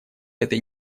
этой